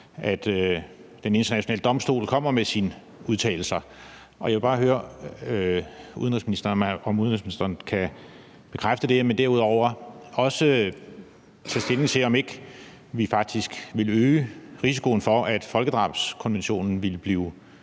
at Den Internationale Domstol kommer med sine udtalelser. Jeg vil bare høre udenrigsministeren, om han kan bekræfte det, og om han derudover også vil tage stilling til, om vi faktisk ikke ville øge risikoen for, at folkedrabskonventionen ville blive